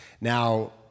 Now